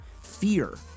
Fear